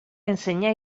ensenyà